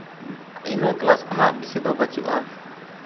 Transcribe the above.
ᱤᱱᱟᱹ ᱠᱞᱟᱥ ᱠᱷᱚᱱᱟᱜ ᱵᱮᱥᱤ ᱫᱚ ᱵᱟᱹᱪᱩᱜᱼᱟ